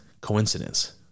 coincidence